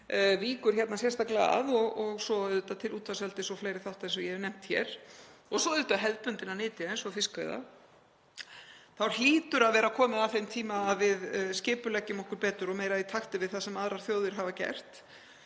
víkur sérstaklega að og svo auðvitað til úthafseldis og fleiri þátta eins og ég hef nefnt hér og svo auðvitað hefðbundinna nytja eins og fiskveiða, þá hlýtur að vera komið að þeim tíma að við skipuleggjum okkur betur og meira í takt við það sem aðrar þjóðir hafa gert.